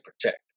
protect